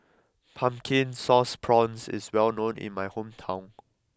Pumpkin Sauce Prawns is well known in my hometown